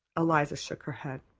eliza shook her head.